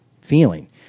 feeling